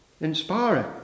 inspiring